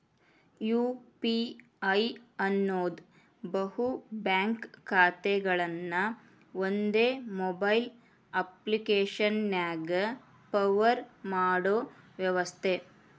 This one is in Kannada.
ಯು.ಪಿ.ಐ ಅನ್ನೋದ್ ಬಹು ಬ್ಯಾಂಕ್ ಖಾತೆಗಳನ್ನ ಒಂದೇ ಮೊಬೈಲ್ ಅಪ್ಪ್ಲಿಕೆಶನ್ಯಾಗ ಪವರ್ ಮಾಡೋ ವ್ಯವಸ್ಥೆ